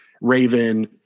Raven